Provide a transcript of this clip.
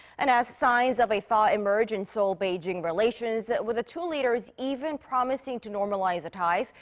and as signs of a thaw emerge in seoul-beijing relations. with the two leaders even promising to normalize the ties.